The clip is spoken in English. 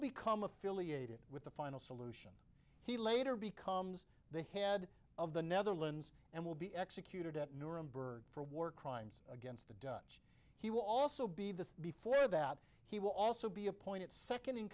become affiliated with the final solution he later becomes the head of the netherlands and will be executed at nuremberg for war crimes against the dutch he will also be the before that he will also be appointed second in